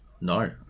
no